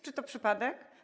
Czy to przypadek?